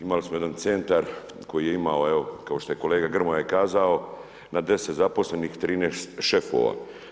Imali smo jedan Centar koji je imao evo, kao što je kolega Grmoja i kazao, na 10 zaposlenih 13 šefova.